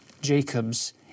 Jacob's